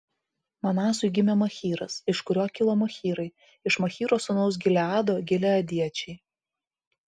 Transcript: manasui gimė machyras iš kurio kilo machyrai iš machyro sūnaus gileado gileadiečiai